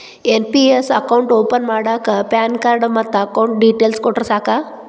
NPS account open ಮಾಡಾಕ PAN card ಮತ್ತ account details ಕೊಟ್ರ ಸಾಕ